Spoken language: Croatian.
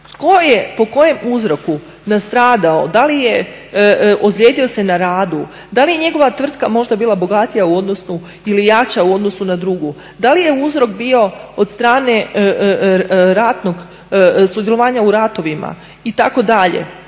Tko je po kojem uzroku nastradao, da li je ozlijedio se na radu, da li je njegova tvrtka možda bila bogatija ili jača u odnosu na drugu? Da li je uzrok bio od strane sudjelovanja u ratovima itd. Ovdje